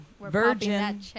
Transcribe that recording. Virgin